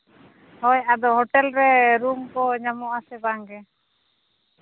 ᱦᱳᱭ ᱟᱫᱚ ᱦᱳᱴᱮᱞ ᱨᱮ ᱨᱩᱢ ᱠᱚ ᱧᱟᱢᱚᱜ ᱟᱥᱮ ᱵᱟᱝ ᱜᱮ